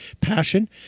passion